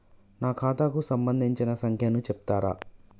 నా ఖాతా కు సంబంధించిన సంఖ్య ను చెప్తరా?